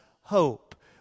hope